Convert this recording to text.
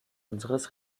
unseres